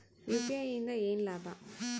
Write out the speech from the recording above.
UPI ಇಂದ ಏನ್ ಲಾಭ?